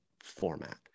format